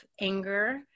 anger